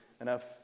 enough